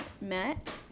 met